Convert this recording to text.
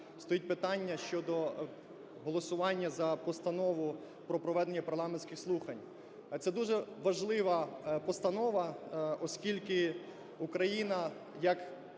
стоїть питання щодо голосування за Постанову про проведення парламентських слухань. Це дуже важлива постанова, оскільки Україна, як